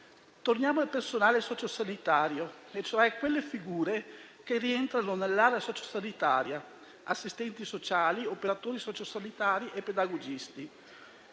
tornare al personale sociosanitario, cioè a quelle figure che rientrano nell'area sociosanitaria: assistenti sociali, operatori sociosanitari e pedagogisti.